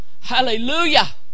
Hallelujah